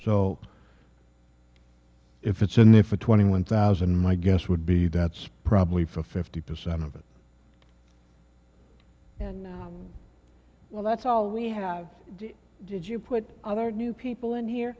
so if it's in there for twenty one thousand my guess would be that's probably fifty percent of it well that's all we have did you put other new people in here